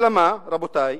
אלא מה, רבותי,